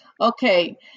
okay